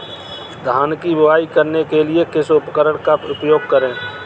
धान की बुवाई करने के लिए किस उपकरण का उपयोग करें?